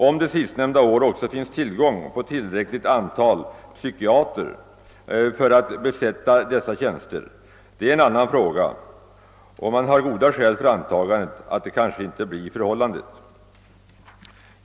Om det sistnämnda år också finns tillgång till erforderligt antal psykiater för att besätta dessa tjänster, är det en annan fråga, och man har goda skäl för antagandet att det inte blir förhållandet.